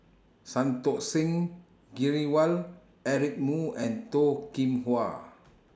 Santokh Singh Grewal Eric Moo and Toh Kim Hwa